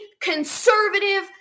conservative